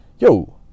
yo